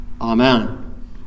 Amen